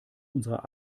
unserer